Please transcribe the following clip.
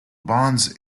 bonds